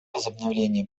возобновление